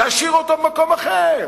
תשאיר אותו במקום אחר.